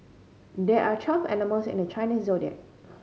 there are twelve animals in the Chinese Zodiac